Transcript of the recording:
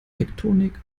tektonik